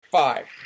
Five